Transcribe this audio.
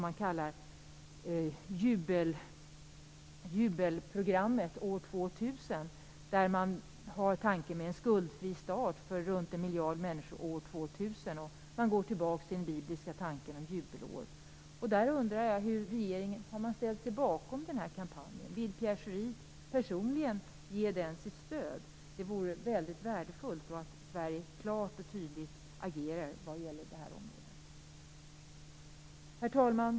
Man kallar den jubelprogrammet år 2000. Där finns tanken om en skuldfri start för runt en miljard människor år 2000. Man går tillbaka till den bibliska tanken om jubelår. Har regeringen ställt sig bakom den här kampanjen? Vill Pierre Schori personligen ge den sitt stöd? Det vore värdefullt om Sverige agerar klart och tydligt på detta område. Herr talman!